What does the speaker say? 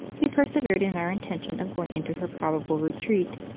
we persevered in our intention of going into her probable retreat,